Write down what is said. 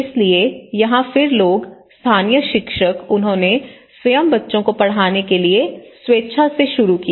इसलिए यहाँ फिर लोग स्थानीय शिक्षक उन्होंने स्वयं बच्चों को पढ़ाने के लिए स्वेच्छा से शुरू किया